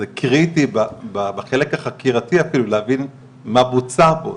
זה קריטי בחלק החקירתי להבין מה בוצע פה,